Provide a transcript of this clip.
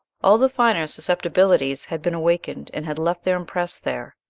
all the finer susceptibilities had been awakened and had left their impress there.